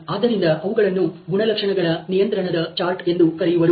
ಆದ್ದರಿಂದ ಅವುಗಳನ್ನು ಗುಣಲಕ್ಷಣಗಳ ನಿಯಂತ್ರಣದ ಚಾರ್ಟ್ ಎಂದು ಕರೆಯುವರು